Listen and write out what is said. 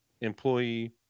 employee